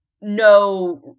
no